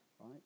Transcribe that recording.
right